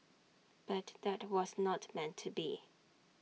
but that was not meant to be